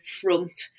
front